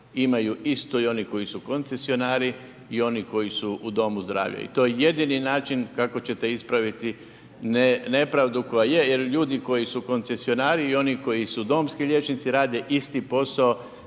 imaju isto i oni koji su koncesionari i oni koji su u domu zdravlja. I to je jedini način kako ćete ispraviti nepravdu koja je, jer ljudi koji su koncesionari i oni koji su domski liječnici rade isti posao,